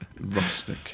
rustic